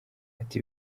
ati